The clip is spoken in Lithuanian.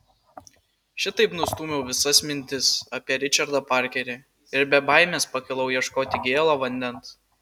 šitaip nustūmiau visas mintis apie ričardą parkerį ir be baimės pakilau ieškoti gėlo vandens